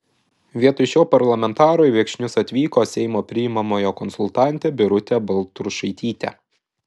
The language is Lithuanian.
vietoj šio parlamentaro į viekšnius atvyko seimo priimamojo konsultantė birutė baltrušaitytė